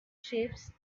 shapes